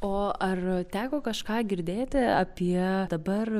o ar teko kažką girdėti apie dabar